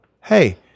hey